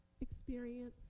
experience